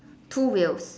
two wheels